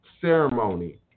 ceremony